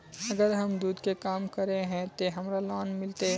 अगर हम दूध के काम करे है ते हमरा लोन मिलते?